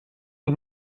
het